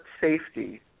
safety